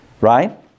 right